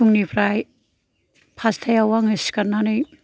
फुंनिफ्राय फासथायाव आङो सिखारनानै